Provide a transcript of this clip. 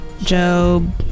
Job